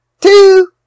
two